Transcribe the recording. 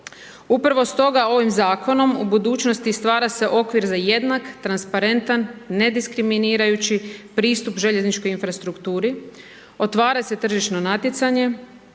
Upravo stoga ovim zakonom u budućnosti stvara se okvir za jednak, transparentan, ne diskriminirajući pristup željezničkoj infrastrukturi, otvara se tržišno natjecanje